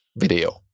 video